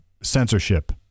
censorship